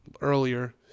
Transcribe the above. earlier